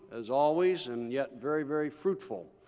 as always, and yet very, very fruitful.